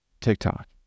tiktok